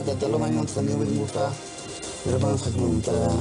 הימור הוא סוג של נטילת סיכון שבמרבית המקרים גורם לחוויה מהנה,